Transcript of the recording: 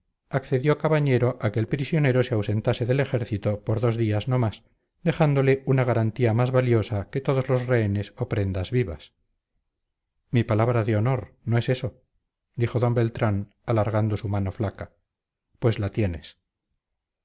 accedió cabañero a que el prisionero se ausentase del ejército por dos días no más dejándole una garantía más valiosa que todos los rehenes o prendas vivas mi palabra de honor no es eso dijo d beltrán alargando su mano flaca pues la tienes